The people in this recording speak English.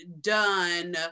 done